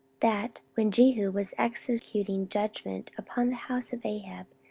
that, when jehu was executing judgment upon the house of ahab,